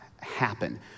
happen